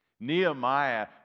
Nehemiah